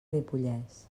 ripollès